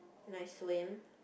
and I swim